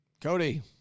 Cody